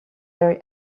very